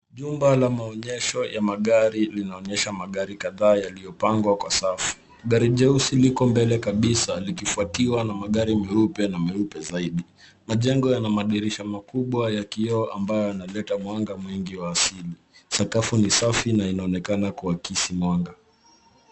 Jumba la maonyesho ya magari linaonyesha magari kadhaa yaliyopangwa kwa safu. Gari jeusi liko mbele kabisa likifuatiwa na magari meupe na meupe zaidi. Majengo yana madirisha makubwa ya kioo ambayo yanaletwa mwanga mwingi wa asili. Sakafu ni safi na inaonekana kuakisi mwanga.